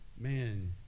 man